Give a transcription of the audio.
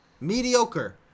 mediocre